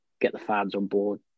get-the-fans-on-board